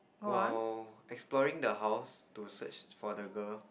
while exploring the house to search for the girl